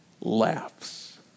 laughs